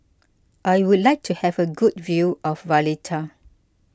I would like to have a good view of Valletta